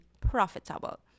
profitable